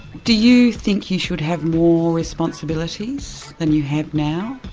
do you think you should have more responsibilities than you have now?